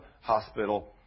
hospital